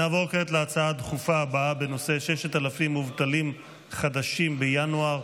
נעבור כעת להצעות דחופות לסדר-היום בנושא: 6,000 מובטלים חדשים בינואר,